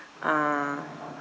ah